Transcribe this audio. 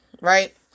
right